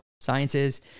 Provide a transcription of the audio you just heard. sciences